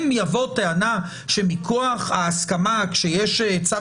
אם תבוא טענה שמכוח ההסכמה כשיש צו